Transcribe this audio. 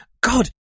god